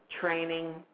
training